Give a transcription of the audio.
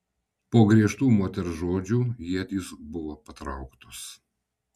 po griežtų moters žodžių ietys buvo patrauktos